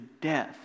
death